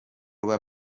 rwa